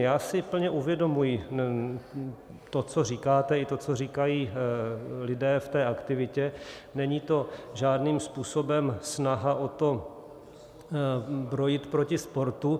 Já si plně uvědomuji to, co říkáte, i to, co říkají lidé v té aktivitě, není to žádným způsobem snaha o to brojit proti sportu.